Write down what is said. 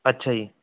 ਅੱਛਾ ਜੀ